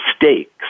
mistakes